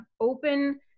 open